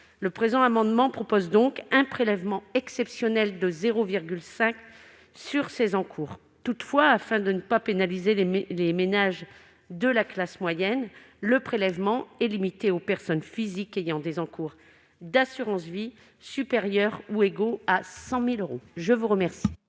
Le présent amendement vise donc à mettre en place un prélèvement exceptionnel de 0,5 % sur ces encours. Toutefois, afin de ne pas pénaliser les ménages de la classe moyenne, le prélèvement est limité aux personnes physiques ayant des encours d'assurance vie supérieurs ou égaux à 100 000 euros. Quel